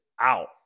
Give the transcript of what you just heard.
out